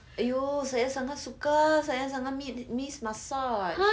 !aiyo! saya sangat suka saya sangat mi~ miss massage